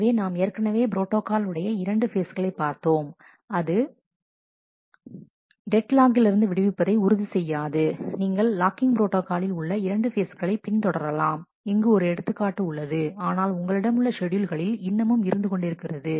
எனவே நாம் ஏற்கனவே ப்ரோட்டாகால் உடைய இரண்டு ஃபேஸ்களை பார்த்தோம் மேலும் அது டெட் லாக்கிலிருந்து விடுவிப்பதை உறுதி செய்யாது நீங்கள் லாக்கிங் ப்ரோட்டாகாலில் உள்ள இரண்டு ஃபேஸ்களை பின் தொடரலாம் இங்கு ஒரு எடுத்துக்காட்டு உள்ளது ஆனால் உங்களிடம் உள்ள ஷெட்யூல்களில் இன்னமும் இருந்து கொண்டிருக்கிறது